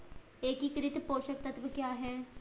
एकीकृत पोषक तत्व क्या है?